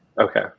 Okay